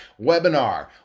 webinar